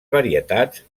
varietats